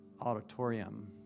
auditorium